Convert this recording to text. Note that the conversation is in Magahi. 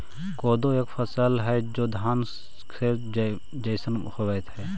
कोदो एक फसल हई जो धान के जैसन होव हई